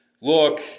look